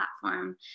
platform